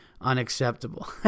Unacceptable